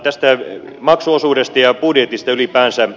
tästä maksuosuudesta ja budjetista ylipäänsä